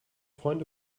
freunde